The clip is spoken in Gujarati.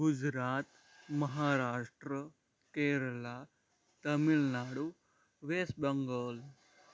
ગુજરાત મહારાષ્ટ્ર કેરળ તમિલનાડુ વેસ્ટ બંગાળ